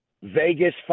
Vegas